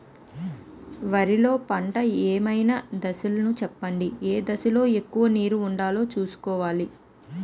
వరిలో పంటలు ఏమైన దశ లను చెప్పండి? ఏ దశ లొ ఎక్కువుగా నీరు వుండేలా చుస్కోవలి?